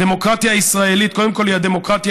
הדמוקרטיה הישראלית היא קודם כול הדמוקרטיה